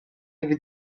live